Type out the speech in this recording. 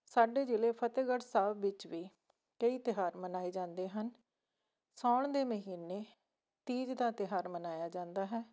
ਸਾਡੇ ਜ਼ਿਲ੍ਹੇ ਫਤਿਹਗੜ੍ਹ ਸਾਹਿਬ ਵਿੱਚ ਵੀ ਕਈ ਤਿਉਹਾਰ ਮਨਾਏ ਜਾਂਦੇ ਹਨ ਸਾਉਣ ਦੇ ਮਹੀਨੇ ਤੀਜ ਦਾ ਤਿਉਹਾਰ ਮਨਾਇਆ ਜਾਂਦਾ ਹੈ